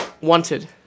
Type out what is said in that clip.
Wanted